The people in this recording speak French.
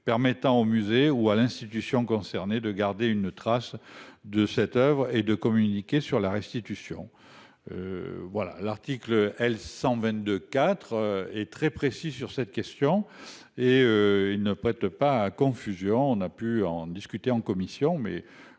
permettant au musée ou à l'institution concernée de garder une trace de cette oeuvre et de communiquer sur la restitution. Voilà l'article L 122 4 et très précis sur cette question et il ne prête pas à confusion. On a pu en discuter en commission mais